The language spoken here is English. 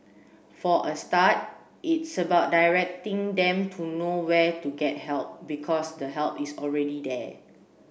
for a start it's about directing them to know where to get help because the help is already there